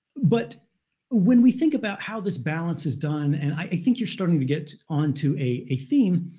but when we think about how this balance is done, and i think you're starting to get onto a theme,